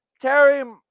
Terry